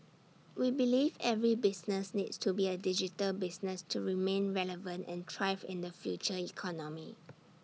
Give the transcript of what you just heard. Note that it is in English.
we believe every business needs to be A digital business to remain relevant and thrive in the future economy